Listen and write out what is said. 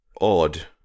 odd